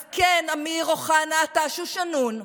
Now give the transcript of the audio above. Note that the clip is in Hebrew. אז כן, אמיר אוחנה, אתה שושנון,